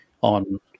on